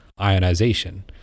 ionization